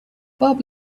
bob